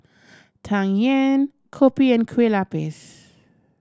Tang Yuen kopi and Kueh Lapis